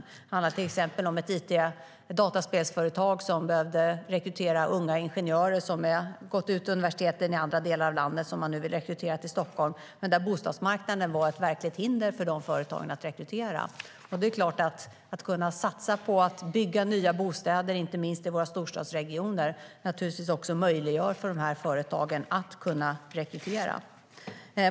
Det handlade till exempel om ett dataspelsföretag som behövde rekrytera unga ingenjörer som har studerat vid universitet i andra delar av landet och som man nu vill rekrytera till Stockholm. Bostadsmarknaden var ett verkligt hinder för dessa företag när det gällde att rekrytera, och det är klart att en satsning på att bygga nya bostäder, inte minst i våra storstadsregioner, också möjliggör för de här företagen att kunna rekrytera.